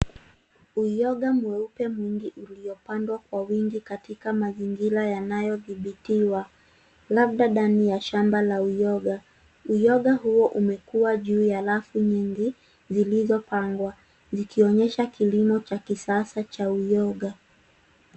Uyoga mweupe mwingi uliopandwa kwa wingi katika mazingira yanayodhibitiwa, labda ndani ya shamba la uyoga. Uyoga huo umekua juu ya rafu nyingi zilizopangwa, zikionyesha kilimo cha kisasa cha uyoga.